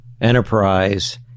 enterprise